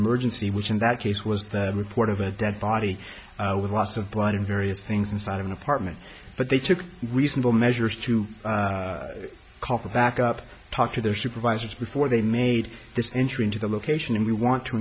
emergency which in that case was the report of a dead body with lots of blood in various things inside an apartment but they took reasonable measures to call for backup talk to their supervisors before they made this entry into the location and we want to